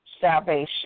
salvation